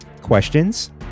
Questions